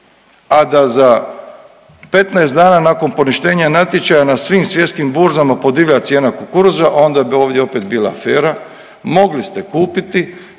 a da za 15 dana nakon poništenja natječaja na svim svjetskim burzama podivlja cijena kukuruza, onda bi ovdje opet bila afera mogli ste kupiti